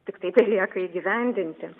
tiktai telieka įgyvendinti